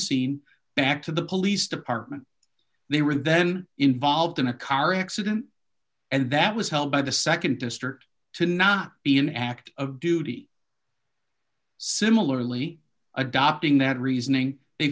scene back to the police department they were then involved in a car accident and that was held by the nd district to not be an act of duty similarly adopting that reasoning they